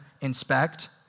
inspect